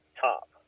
top